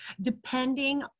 depending